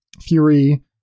Fury